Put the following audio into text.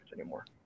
anymore